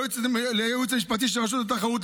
לייעוץ המשפטי של רשות התחרות,